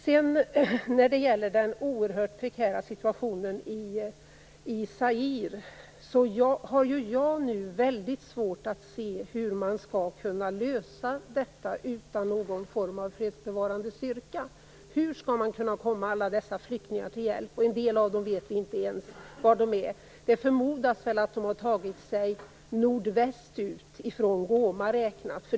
Jag har väldigt svårt att se hur man skall kunna lösa den oerhört prekära situationen i Zaire utan någon form av fredsbevarande styrka. Hur skall man kunna komma alla dessa flyktingar till hjälp? Vi vet inte ens var en del av dem är. Det förmodas att de tagit sig i riktning nord-väst från Goma räknat.